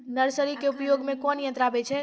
Nursery के उपयोग मे कोन यंत्र आबै छै?